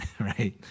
right